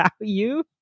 value